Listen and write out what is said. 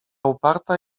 uparta